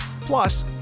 Plus